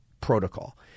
protocol